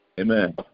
Amen